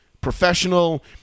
professional